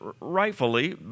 rightfully